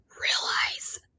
realize